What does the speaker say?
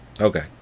Okay